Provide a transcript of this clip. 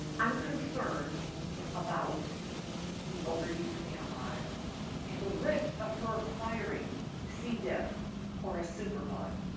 i'm concerned about the overuse of antibiotics and the risk of her acquiring c. diff or a superbug.